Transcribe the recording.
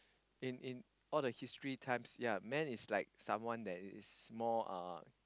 in in all the history times ya man is like someone that is more uh